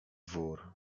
wór